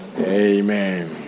Amen